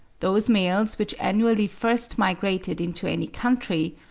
those males which annually first migrated into any country,